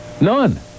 none